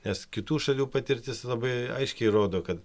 nes kitų šalių patirtis labai aiškiai rodo kad